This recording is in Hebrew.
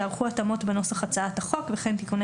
יערכו התאמות בנוסח הצעת החוק וכן תיקוני